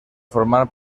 formar